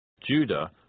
Judah